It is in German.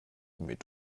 mit